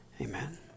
Amen